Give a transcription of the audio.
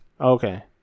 Okay